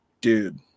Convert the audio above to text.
dude